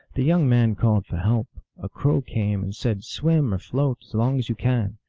the young man called for help. a crow came, and said, swim or float as long as you can.